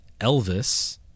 Elvis